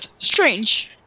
Strange